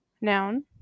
Noun